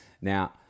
Now